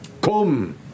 Come